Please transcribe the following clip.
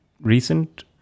recent